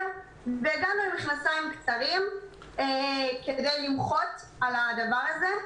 והגענו עם מכנסיים קצרים כדי למחות על הדבר הזה.